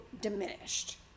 diminished